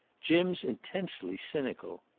jim's intensely cynical.